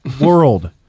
world